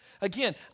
Again